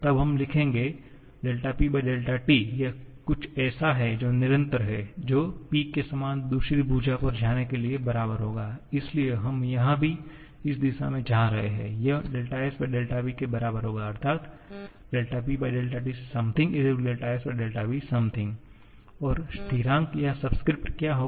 तब हम लिखेंगे PTयह कुछ ऐसा है जो निरंतर है जो P के समान दूसरी भुजा पर जाने के लिए बराबर होगा इसलिए हम यहाँ भी इस दिशा में जा रहे हैं यह SV के बराबर होगा अर्थात PTsomethingsvsomething और स्थिरांक या सब्स्क्रिप्ट क्या होगा